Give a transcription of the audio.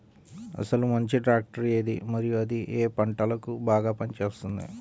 అసలు మంచి ట్రాక్టర్ ఏది మరియు అది ఏ ఏ పంటలకు బాగా పని చేస్తుంది?